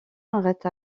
arrête